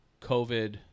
COVID